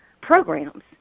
programs